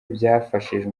byafashije